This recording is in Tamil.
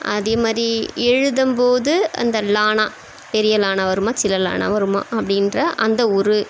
அதேமாதிரி எழுதும்போது அந்த லனா பெரிய ளனா வருமா சின்ன லனா வருமா அப்படின்ற அந்த ஒரு